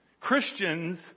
Christians